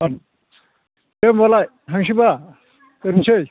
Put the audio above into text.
दे होनबालाय थांसैबा दोननोसै